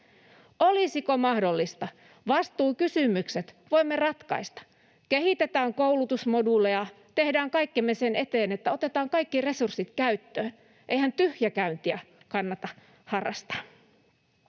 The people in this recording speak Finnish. Olisiko mahdollista? Vastuukysymykset voimme ratkaista. Kehitetään koulutusmoduuleja, tehdään kaikkemme sen eteen, että otetaan kaikki resurssit käyttöön. Eihän tyhjäkäyntiä kannata harrastaa.